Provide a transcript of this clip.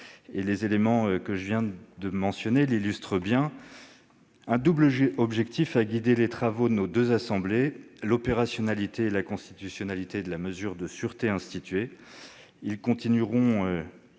et les éléments que je viens de mentionner l'illustrent bien, un double objectif a guidé les travaux des deux assemblées : l'opérationnalité et la constitutionnalité de la mesure de sûreté instituée. Ces points continueront,